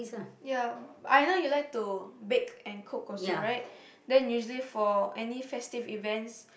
ya I know you like to bake and cook also right then usually for any festive events